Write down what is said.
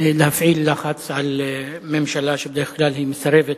להפעיל לחץ על ממשלה שבדרך כלל מסרבת